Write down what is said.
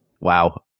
Wow